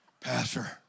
Pastor